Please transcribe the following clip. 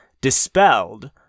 dispelled